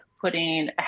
putting